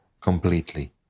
completely